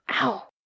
Ow